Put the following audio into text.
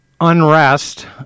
unrest